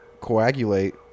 coagulate